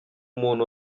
muntu